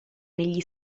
negli